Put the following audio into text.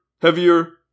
heavier